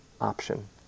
option